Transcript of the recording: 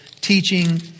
teaching